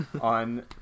on